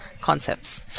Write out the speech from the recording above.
concepts